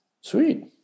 Sweet